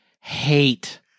hate